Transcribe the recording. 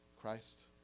Christ